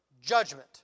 judgment